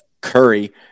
Curry